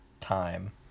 time